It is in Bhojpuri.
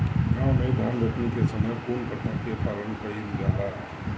गाँव मे धान रोपनी के समय कउन प्रथा के पालन कइल जाला?